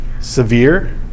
severe